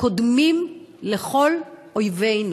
קודם לכל אויבינו.